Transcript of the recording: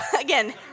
Again